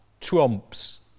trumps